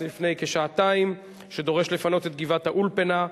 לפני כשעתיים שדורש לפנות את גבעת-האולפנה.